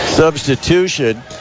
substitution